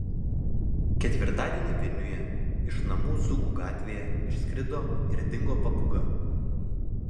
ketvirtadienį vilniuje iš namų dzūkų gatvėje išskrido ir dingo papūga